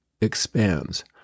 expands